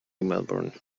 melbourne